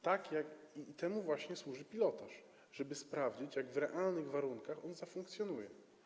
Temu właśnie służy pilotaż, żeby sprawdzić, jak w realnych warunkach on zafunkcjonuje.